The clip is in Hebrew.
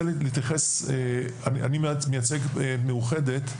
אני מייצגת את קופת חולים מאוחדת.